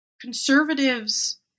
conservatives